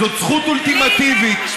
שופטים לא מדברים,